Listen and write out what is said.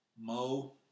Mo